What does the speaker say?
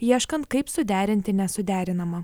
ieškant kaip suderinti nesuderinamą